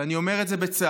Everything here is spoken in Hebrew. ואני אומר את זה בצער,